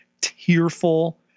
tearful